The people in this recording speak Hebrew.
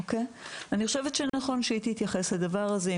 אני חושבת שנכון שהיא תתייחס לדבר הזה.